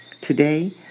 Today